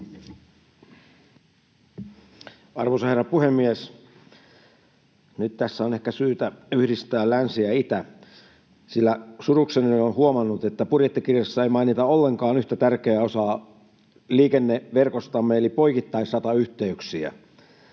Arvoisa herra puhemies! Nyt tässä on ehkä syytä yhdistää länsi ja itä, sillä surukseni olen huomannut, että budjettikirjassa ei mainita ollenkaan yhtä tärkeää osaa liikenneverkostamme eli poikittaisratayhteyksiä.